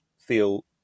feel